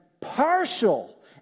partial